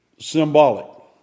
Symbolic